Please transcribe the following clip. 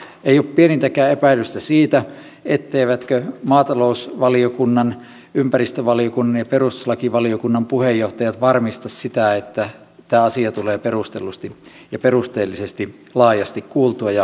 ei ole pienintäkään epäilystä siitä etteivätkö maatalousvaliokunnan ympäristövaliokunnan ja perustuslakivaliokunnan puheenjohtajat varmista sitä että tämä asia tulee perusteellisesti ja laajasti kuultua ja käsiteltyä